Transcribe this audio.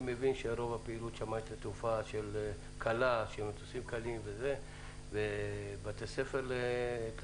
אני מבין שרוב הפעילות שם הייתה תעופה של מטוסים קלים ובתי ספר לטיס.